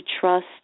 trust